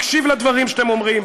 מקשיב לדברים שאתם אומרים,